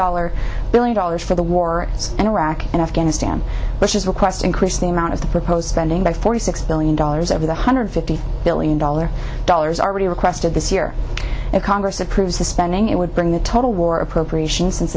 dollars billion dollars for the war in iraq and afghanistan bush's request increased the amount of the proposed spending by forty six billion dollars over the hundred fifty billion dollars dollars already requested this year if congress approves the spending it would bring the total war appropriations since